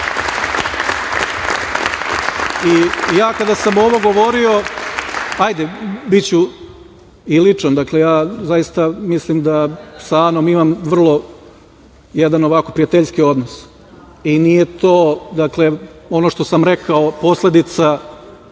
I, ja kada sam ovo govorio, hajde biću i ličan, dakle, ja zaista mislim da sa Anom imam vrlo jedan prijateljski odnos i nije to, dakle, ono što sam rekao, posledica